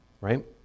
right